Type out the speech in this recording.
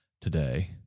today